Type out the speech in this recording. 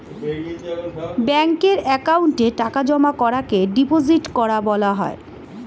ব্যাঙ্কের অ্যাকাউন্টে টাকা জমা করাকে ডিপোজিট করা বলা হয়